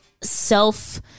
self